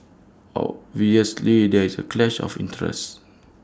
obviously there is A clash of interest